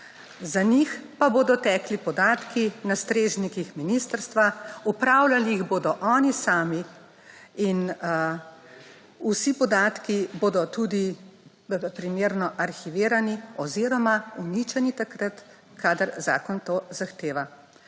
Za njih pa bodo tekli podatki na strežnikih ministrstva, opravljali jih bodo oni sami in vsi podatki bodo tudi primerno arhivirani oziroma uničeni takrat, kadar zakon to zahteva.